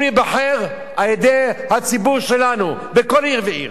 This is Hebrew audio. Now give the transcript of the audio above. להיבחר על-ידי הציבור שלנו בכל עיר ועיר.